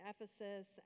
Ephesus